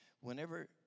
Whenever